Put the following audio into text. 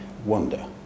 wonder